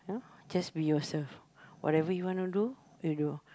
just be yourself whatever you want to do you do